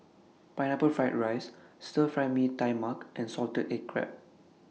Pineapple Fried Rice Stir Fry Mee Tai Mak and Salted Egg Crab